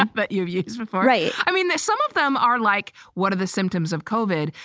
but you're you know right. i mean, some of them are like, what are the symptoms of covid?